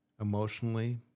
emotionally